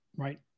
Right